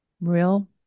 real